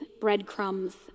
breadcrumbs